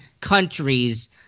countries